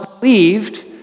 believed